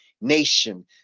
nation